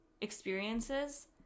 experiences